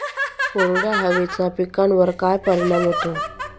कोरड्या हवेचा पिकावर काय परिणाम होतो?